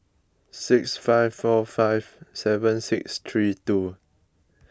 six five four five seven six three two